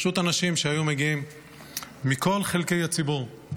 פשוט אנשים שהיו מגיעים מכל חלקי הציבור.